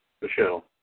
Michelle